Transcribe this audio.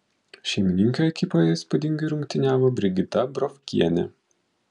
šeimininkių ekipoje įspūdingai rungtyniavo brigita brovkienė